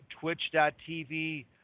Twitch.tv